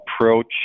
approach